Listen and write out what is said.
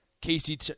casey